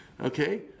Okay